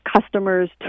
customers